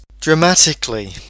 dramatically